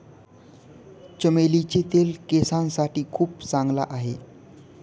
चमेलीचे तेल केसांसाठी खूप चांगला आहे